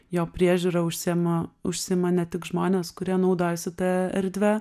jo priežiūra užsiima užsiima ne tik žmonės kurie naudojasi ta erdve